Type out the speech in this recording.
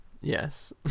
Yes